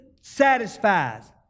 satisfies